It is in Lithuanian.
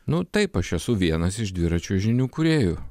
nu taip aš esu vienas iš dviračio žynių kūrėjų